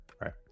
Right